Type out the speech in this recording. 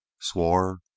swore